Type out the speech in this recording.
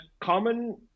common